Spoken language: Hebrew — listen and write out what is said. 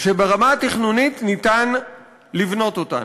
שברמה התכנונית ניתן לבנות אותן.